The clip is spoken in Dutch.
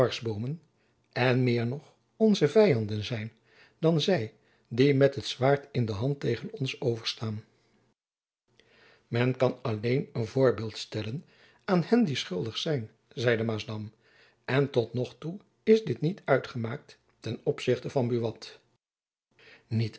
dwarsboomen en meer nog onze vyanden zijn dan zy die met het zwaard in de hand tegen ons over staan men kan alleen een voorbeeld stellen aan hen die schuldig zijn zeide maasdam en tot nog toe is dit niet uitgemaakt ten opzichte van buat niet